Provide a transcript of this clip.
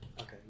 Okay